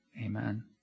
Amen